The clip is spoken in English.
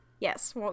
Yes